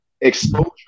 exposure